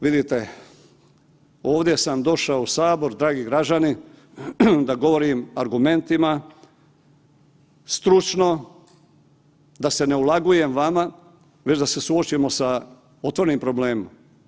Vidite, ovdje sam došao u sabor dragi građani da govorim argumentima, stručno, da se ne ulagujem vama, već da se suočimo sa otvorenim problemom.